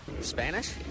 Spanish